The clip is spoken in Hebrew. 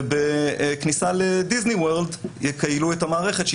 ובכניסה לדיסניוורלד יכיילו את המערכת,